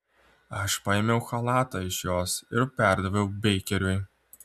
aš paėmiau chalatą iš jos ir perdaviau beikeriui